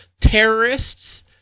terrorists